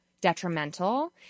detrimental